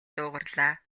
дуугарлаа